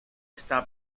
está